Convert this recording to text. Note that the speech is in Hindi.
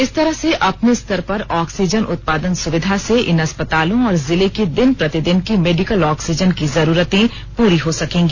इस तरह से अपने स्तर पर ऑक्सीजन उत्पादन सुविघा से इन अस्पतालों और जिले की दिन प्रतिदिन की मेडिकल ऑक्सीजन की जरूरतें पूरी हो सकेंगी